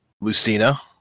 Lucina